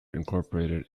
incorporated